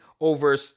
over